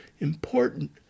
important